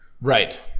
Right